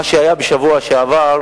מה שהיה בשבוע שעבר